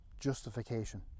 justification